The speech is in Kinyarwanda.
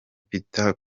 petr